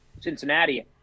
Cincinnati